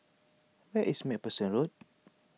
where is MacPherson Road